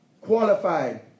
Qualified